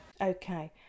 Okay